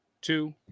two